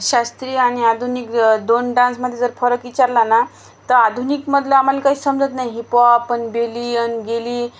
शास्त्रीय आणि आधुनिक दोन डान्समध्ये जर फरक विचारला ना तर आधुनिकमधलं आम्हाला काही समजत नाही हिपहॉप आणि बेली आणि गेली